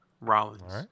Rollins